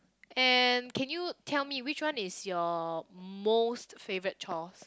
and can you tell me which one is your most favourite chore